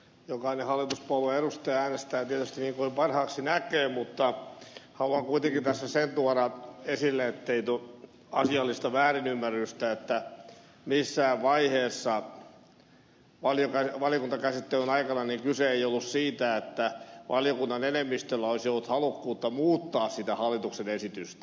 jokainen hallituspuolueen edustaja äänestää tietysti niin kuin parhaaksi näkee mutta haluan kuitenkin tässä sen tuoda esille ettei tule asiallista väärinymmärrystä että missään vaiheessa valiokuntakäsittelyn aikana kyse ei ollut siitä että valiokunnan enemmistöllä olisi ollut halukkuutta muuttaa sitä hallituksen esitystä